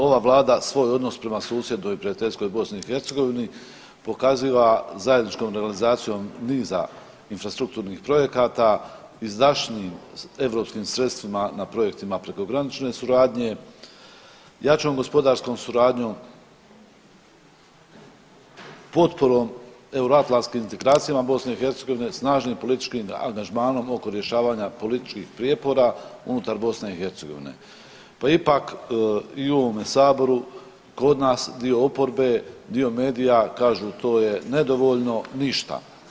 Ova vlada svoj odnos prema susjednoj i prijateljskoj BiH pokaziva zajedničkom realizacijom niza infrastrukturnih projekata, izdašnijim europskim sredstvima na projektima prekogranične suradnje, jačom gospodarskom suradnjom, potporom Euroatlantskim integracijama BiH i snažnim političkim angažmanom oko rješavanja političkih prijepora unutar BiH, pa ipak i u ovome sabore, kod nas dio oporbe, dio medija kažu to je nedovoljno, ništa.